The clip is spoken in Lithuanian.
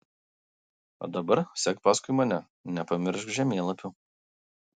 o dabar sek paskui mane nepamiršk žemėlapių